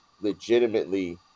legitimately